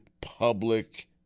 public